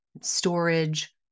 storage